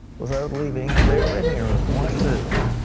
without leaving their living room. watch this.